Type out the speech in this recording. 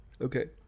Okay